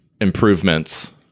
improvements